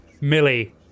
Millie